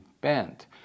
bent